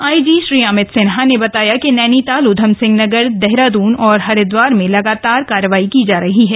IG Shri Amit Sinha ने बातया कि नैनीताल उधम सिंह नगर देहरादून और हरिद्वार में लगातार कार्रवाई की जा रही है